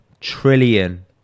trillion